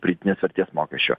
pridėtinės vertės mokesčio